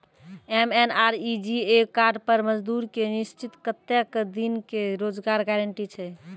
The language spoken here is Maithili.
एम.एन.आर.ई.जी.ए कार्ड पर मजदुर के निश्चित कत्तेक दिन के रोजगार गारंटी छै?